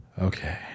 Okay